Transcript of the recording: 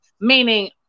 Meaning